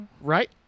Right